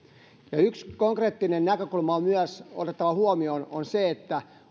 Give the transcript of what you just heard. yksi konkreettinen näkökulma joka on myös otettava huomioon on se